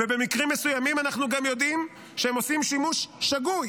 ובמקרים מסוימים אנחנו גם יודעים שהם עושים שימוש שגוי